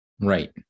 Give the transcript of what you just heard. Right